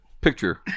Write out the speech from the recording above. picture